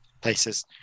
Places